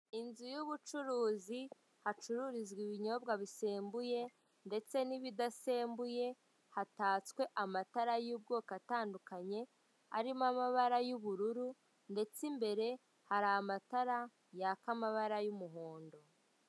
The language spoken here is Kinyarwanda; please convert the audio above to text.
Inzu y'ubucuruzi hacururizwa ibinyobwa bisembuye n'ibidasembuye; hatatswe amatara y'ubwoko butandukanye: arimo amabara y'ubururu ndetse imbere hari amatara yaka amabara y'umuhondo.